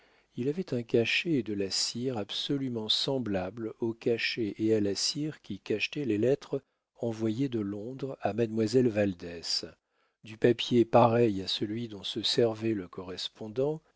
il avait un cachet et de la cire absolument semblables au cachet et à la cire qui cachetaient les lettres envoyées de londres à mademoiselle valdès du papier pareil à celui dont se servait le correspondant